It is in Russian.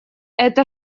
это